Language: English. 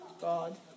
God